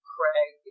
Craig